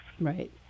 Right